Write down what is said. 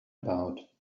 about